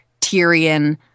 Tyrion